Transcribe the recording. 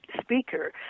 speaker